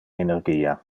energia